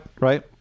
right